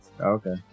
Okay